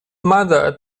mother